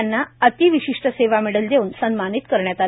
यांना अति विशिष्ठ सेवा मेडल देऊन सन्मानित करण्यात आलं